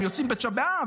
הם יוצאים בתשעה באב,